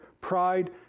pride